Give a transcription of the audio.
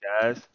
guys